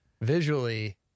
visually